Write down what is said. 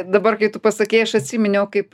dabar kai tu pasakei aš atsiminiau kaip